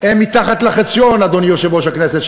הן מתחת לחציון, אדוני יושב-ראש הכנסת.